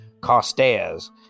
Costas